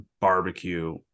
barbecue